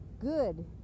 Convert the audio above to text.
good